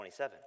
27